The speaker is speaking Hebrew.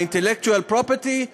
ה-Intellectual Property,